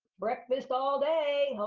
breakfast all day,